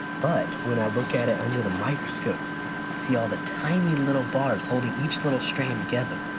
but when i look at it under the microscope see all the tiny little barbs holding each little strand together,